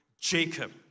Jacob